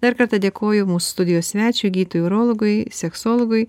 dar kartą dėkoju mūsų studijos svečiui gydtojui urologui seksologui